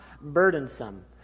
burdensome